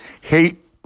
hate